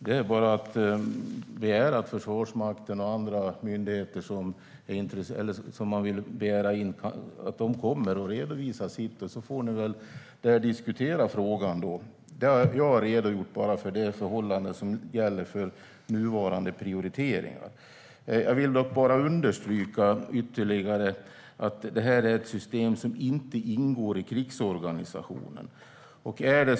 Det är bara att begära att Försvarsmakten och andra myndigheter kommer och redovisar sitt, och sedan får ni väl diskutera frågan då. Jag har redogjort för det förhållande som gäller för nuvarande prioriteringar. Jag vill dock bara understryka ytterligare att detta är ett system som inte ingår i krigsorganisationen.